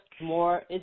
more